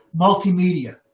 multimedia